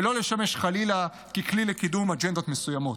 ולא לשמש חלילה ככלי לקידום אג'נדות מסוימות.